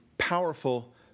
Powerful